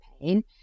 pain